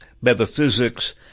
metaphysics